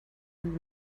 and